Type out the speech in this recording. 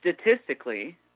statistically